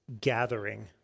gathering